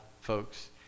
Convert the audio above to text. folks